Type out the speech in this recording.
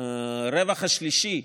הרווח השלישי,